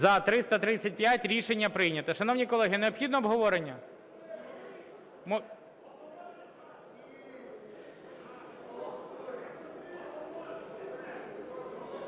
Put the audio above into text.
За-335 Рішення прийнято. Шановні колеги, необхідне обговорення?